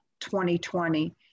2020